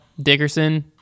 Dickerson